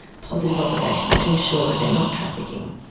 positive obligations to ensure that they're not trafficking.